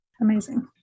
Amazing